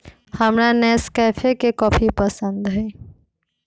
हमरा नेस्कैफे के कॉफी पसंद हई